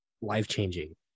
Life-changing